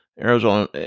Arizona